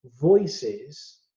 voices